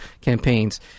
campaigns